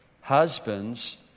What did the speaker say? husbands